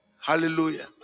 Hallelujah